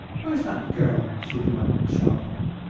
where's that girl? she demanded, sharply.